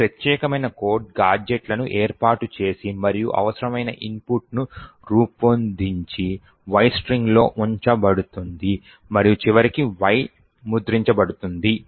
ఈ ప్రత్యేకమైన కోడ్ గాడ్జెట్లను ఏర్పాటు చేసి మరియు అవసరమైన ఇన్పుట్ను రూపొందించి Y స్ట్రింగ్లో ఉంచబడుతుంది మరియు చివరికి Y ముద్రించబడుతుంది